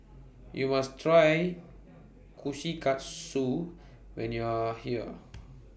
YOU must Try Kushikatsu when YOU Are here